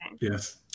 Yes